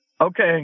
Okay